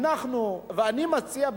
ואני מציע,